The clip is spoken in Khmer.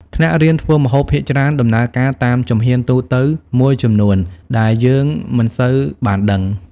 ថ្នាក់រៀនធ្វើម្ហូបភាគច្រើនដំណើរការតាមជំហានទូទៅមួយចំនួនដែលយើងមិនសូវបានដឹង ។